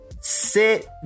sit